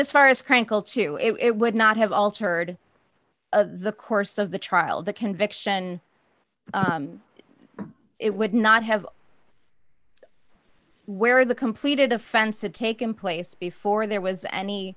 as far as crank it would not have altered the course of the trial the conviction it would not have where the completed offensive taken place before there was any